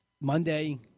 Monday